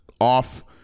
off